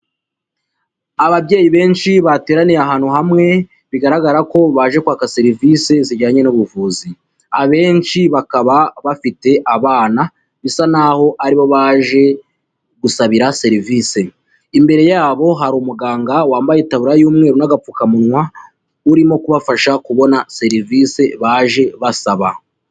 Ababyeyi benshi bateraniye ahantu hamwe, bigaragara ko baje kwaka serivisie zijyanye n'ubuvuzi, abenshi bakaba bafite abana bisa n'aho aribo baje gusabira serivise, imbere yabo hari umuganga wambaye itaburiya y'umweru n'agapfukamunwa, urimo kubafasha kubona serivisi baje basaba.